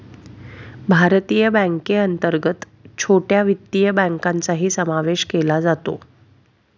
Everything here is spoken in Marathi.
भारतीय बँकेअंतर्गत छोट्या वित्तीय बँकांचाही समावेश केला जातो